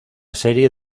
serie